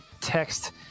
text